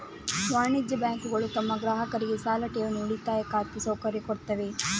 ವಾಣಿಜ್ಯ ಬ್ಯಾಂಕುಗಳು ತಮ್ಮ ಗ್ರಾಹಕರಿಗೆ ಸಾಲ, ಠೇವಣಿ, ಉಳಿತಾಯ ಖಾತೆ ಸೌಕರ್ಯ ಕೊಡ್ತವೆ